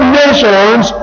nations